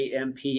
AMP